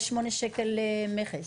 יש שמונה שקלים מכס.